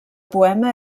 poema